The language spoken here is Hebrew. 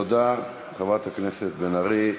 תודה, חברת הכנסת בן ארי.